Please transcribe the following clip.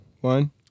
one